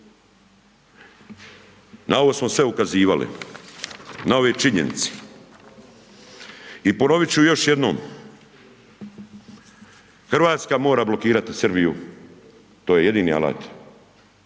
Na ovo smo sve ukazivali, na ove činjenice i ponoviti ću još jednom, Hrvatska mora blokirati Srbiju, to je jedini alat